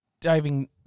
diving